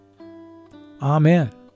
Amen